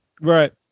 Right